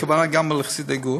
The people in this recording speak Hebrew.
הכוונה גם לחסידי גור.